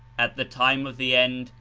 at the time of the end,